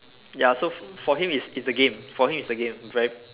ya so for him it's the game for him it's the game